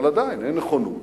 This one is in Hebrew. אבל עדיין אין נכונות